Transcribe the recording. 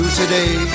today